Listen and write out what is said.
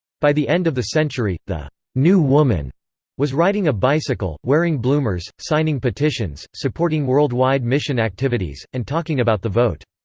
by the end of the century, the new woman was riding a bicycle, wearing bloomers, signing petitions, supporting worldwide mission activities, and talking about the vote.